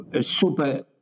super